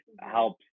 helps